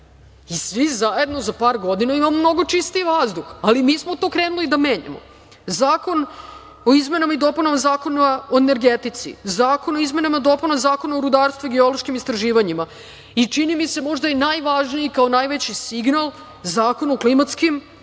i svi zajedno za par godina imamo mnogo čistiji vazduh, ali mi smo to krenuli da menjamo. Zakon o izmenama i dopunama Zakon o energetici, Zakon o izmenama i dopunama Zakona o rudarstvu i geološkim istraživanjima i čini mi se možda i najvažniji, kao najveći signal Zakon o klimatskim promenama